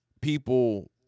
people